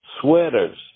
sweaters